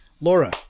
Laura